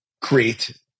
create